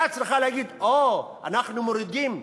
היא הייתה צריכה להגיד: אנחנו מורידים,